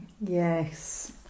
yes